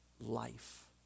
life